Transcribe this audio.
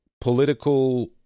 political